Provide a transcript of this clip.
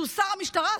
שהוא שר המשטרה,